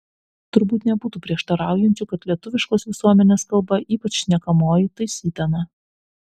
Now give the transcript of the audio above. turbūt nebūtų prieštaraujančių kad lietuviškos visuomenės kalba ypač šnekamoji taisytina